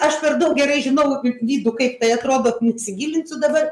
aš per daug gerai žinau kaip vidų kaip tai atrodo nesigiliniu dabar